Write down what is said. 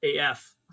AF